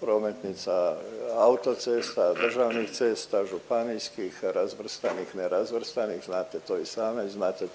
prometnica autocesta, državnih cesta, županijskih, razvrstanih, nerazvrstanih znate to i sami,